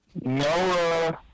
No